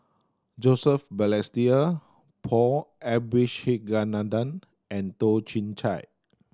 Joseph Balestier Paul Abisheganaden and Toh Chin Chye